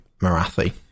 Marathi